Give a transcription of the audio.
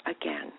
again